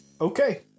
Okay